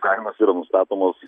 kainos nustatomos